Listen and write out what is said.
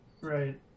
Right